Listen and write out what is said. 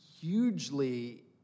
hugely